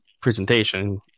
presentation